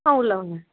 ஆ உள்ளே வாங்க